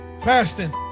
fasting